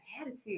attitude